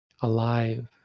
alive